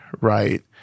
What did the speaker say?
right